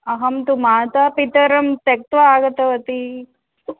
अहं तु मातापितरं त्यक्त्वा आगतवती